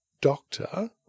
doctor